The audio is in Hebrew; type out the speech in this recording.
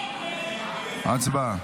הצבעה.